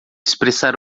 expressar